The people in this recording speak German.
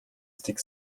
stick